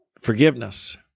forgiveness